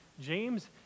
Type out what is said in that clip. James